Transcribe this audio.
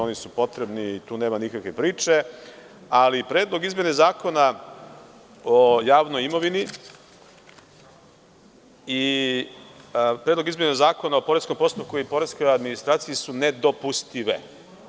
Oni su potrebni i tu nema nikakve priče, ali Predlog izmena Zakona o javnoj imovini i Predlog izmena Zakona o poreskom postupku i poreskoj administraciji su nedopustive.